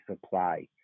supply